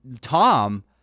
Tom